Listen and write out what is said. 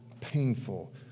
painful